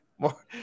more